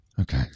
okay